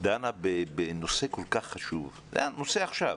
דנה בנושא כל כך חשוב, זה הנושא עכשיו.